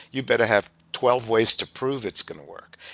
you better have twelve ways to prove it's going to work.